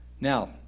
Now